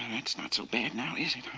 and that's not so bad now, is